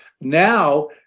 now